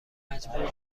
مجبورم